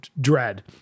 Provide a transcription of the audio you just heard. Dread